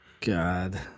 God